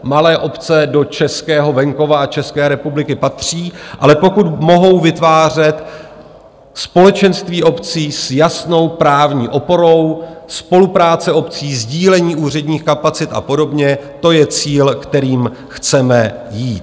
Malé obce do českého venkova a České republiky patří, ale pokud mohou vytvářet společenství obcí s jasnou právní oporou, spolupráce obcí, sdílení úředních kapacit a podobně, to je cíl, kterým chceme jít.